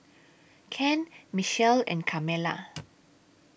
Ken Mitchell and Carmela